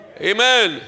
Amen